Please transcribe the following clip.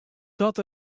dat